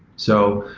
so,